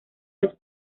los